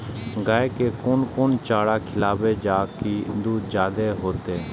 गाय के कोन कोन चारा खिलाबे जा की दूध जादे होते?